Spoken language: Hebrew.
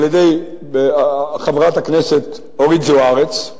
על-ידי חברת הכנסת אורית זוארץ,